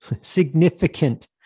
significant